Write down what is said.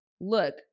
look